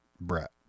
Brett